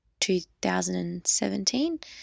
2017